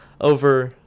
over